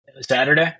Saturday